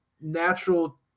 natural